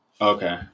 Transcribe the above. Okay